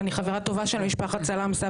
ואני חברה טובה של משפחת סלמסה,